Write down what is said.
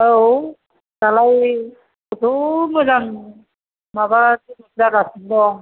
औ दालाय खथ' मोजां माबा जागासिनो दं